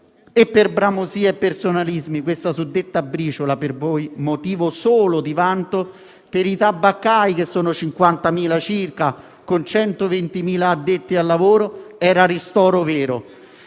Per bramosie e personalismi, questa suddetta briciola - per voi motivo solo di vanto - per i tabaccai, che sono circa 50.000, con 120.000 addetti, era ristoro vero.